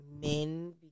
men